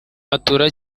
matola